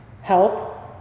help